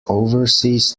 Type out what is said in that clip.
overseas